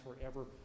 forever